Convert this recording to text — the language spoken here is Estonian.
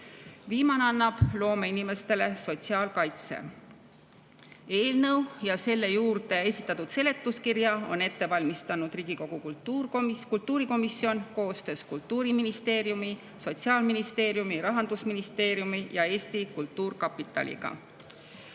Viimane annab loomeinimestele sotsiaalkaitse. Eelnõu ja selle juurde esitatud seletuskirja on ette valmistanud Riigikogu kultuurikomisjon koostöös Kultuuriministeeriumi, Sotsiaalministeeriumi, Rahandusministeeriumi ja Eesti Kultuurkapitaliga.